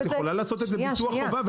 את יכולה לעשות את זה כביטוח חובה,